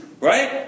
right